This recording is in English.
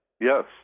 Yes